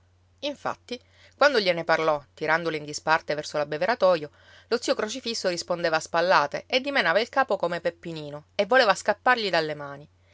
infatti quando gliene parlò tirandolo in disparte verso l'abbeveratoio lo zio crocifisso rispondeva a spallate e dimenava il capo come peppinino e voleva scappargli dalle mani